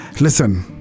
listen